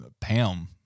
pam